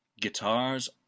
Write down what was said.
guitars